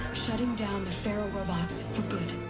shutting down the faro robots, for good.